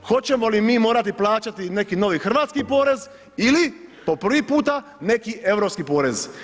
Hoćemo li mi morati plaćati neki novi hrvatski porez ili po prvi puta, neki europski porez?